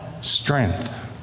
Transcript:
strength